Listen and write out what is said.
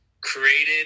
created